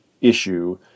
issue